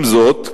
עם זאת,